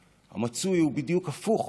המצוי הוא בדיוק הפוך